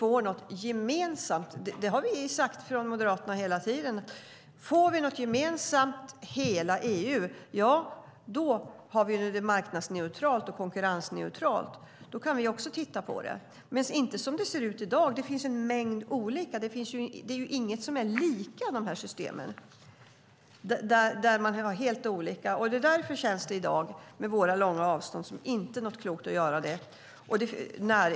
Från Moderaterna har vi hela tiden sagt att om vi får något gemensamt för hela EU, då har vi det marknadsneutralt och konkurrensneutralt, och då kan också vi titta på det - men inte som det ser ut i dag. Det finns en mängd olika system. Det finns inga system som är lika. Därför känns det i dag, med våra långa avstånd, inte klokt att göra detta.